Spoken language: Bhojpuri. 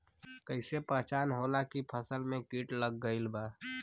कैसे पहचान होला की फसल में कीट लग गईल बा?